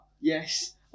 yes